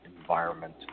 environment